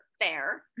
fair